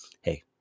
Hey